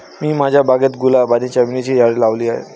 मी माझ्या बागेत गुलाब आणि चमेलीची झाडे लावली आहे